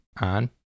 on